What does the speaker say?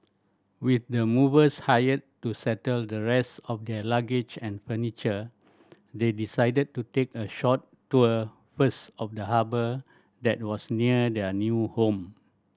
with the movers hired to settle the rest of their luggage and furniture they decided to take a short tour first of the harbour that was near their new home